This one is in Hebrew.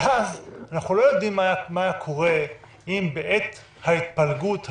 אנחנו לא יודעים מה היה קורה אם בעת ההתפלגות ההיא,